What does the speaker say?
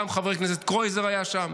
גם חבר כנסת קרויזר היה שם